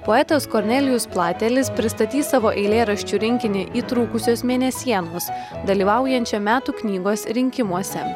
poetas kornelijus platelis pristatys savo eilėraščių rinkinį įtrūkusios mėnesienos dalyvaujančią metų knygos rinkimuose